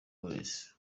wales